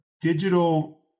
Digital